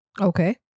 Okay